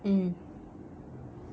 mm